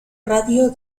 radio